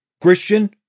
Christian